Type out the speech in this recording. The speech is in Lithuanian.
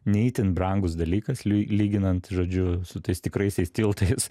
ne itin brangus dalykas ly lyginant žodžiu su tais tikraisiais tiltais